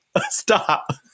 Stop